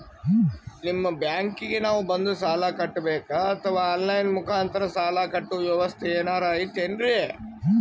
ನಿಮ್ಮ ಬ್ಯಾಂಕಿಗೆ ನಾವ ಬಂದು ಸಾಲ ಕಟ್ಟಬೇಕಾ ಅಥವಾ ಆನ್ ಲೈನ್ ಮುಖಾಂತರ ಸಾಲ ಕಟ್ಟುವ ವ್ಯೆವಸ್ಥೆ ಏನಾರ ಐತೇನ್ರಿ?